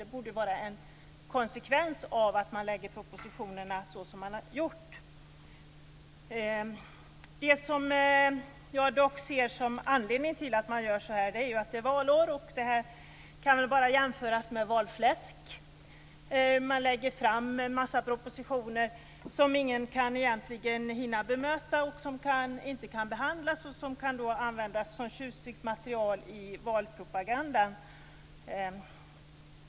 Det borde vara en konsekvens av att man lägger propositionerna så som man har gjort. Det som jag ser som anledning till att man har gjort så här är att det är valår. Detta kan väl bara jämföras med valfläsk. Man lägger fram en massa propositioner som ingen egentligen hinner bemöta och som inte kan behandlas. De kan då användas som tjusigt material i valpropagandan.